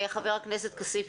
חבר הכנסת כסיף,